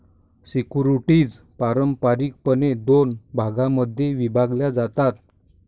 securities पारंपारिकपणे दोन भागांमध्ये विभागल्या जातात